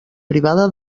privada